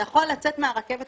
אתה יכול לצאת מהרכבת